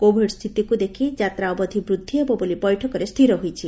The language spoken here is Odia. କୋଭିଡ ସ୍ଥିତିକୁ ଦେଖ୍ ଯାତ୍ରା ଅବଧି ବୃଦ୍ଧି ହେବ ବୋଲି ବୈଠକରେ ସ୍ଥିର ହୋଇଛି